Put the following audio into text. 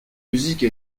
musique